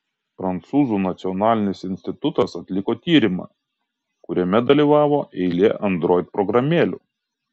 prancūzų nacionalinis institutas atliko tyrimą kuriame dalyvavo eilė android programėlių